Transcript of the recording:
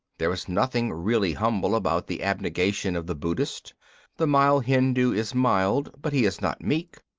there is nothing really humble about the abnegation of the buddhist the mild hindoo is mild, but he is not meek.